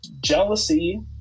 Jealousy